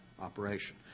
operation